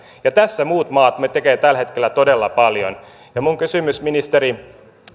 tässä muut maat tekevät tällä hetkellä todella paljon minun kysymykseni ministeri